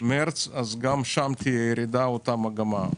מרץ שגם שם תהיה ירידה, תהיה אותה מגמה.